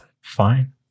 Fine